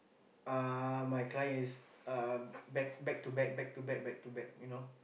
uh my client is uh back back to back back to back back to back you know